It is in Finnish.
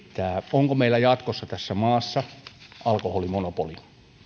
onko meillä jatkossa tässä maassa alkoholimonopoli